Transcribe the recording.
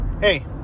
hey